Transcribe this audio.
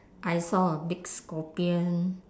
I saw a big scorpion